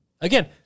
Again